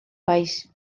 país